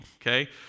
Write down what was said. okay